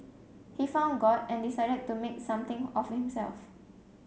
he found God and decided to make something of himself